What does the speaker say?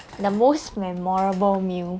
the most memorable meal